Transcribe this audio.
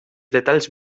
detalls